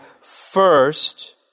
first